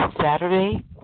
Saturday